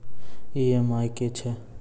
EMI की छिये?